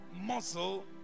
Muscle